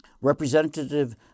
Representative